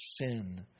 sin